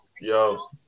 Yo